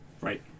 Right